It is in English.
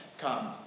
come